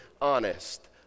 honest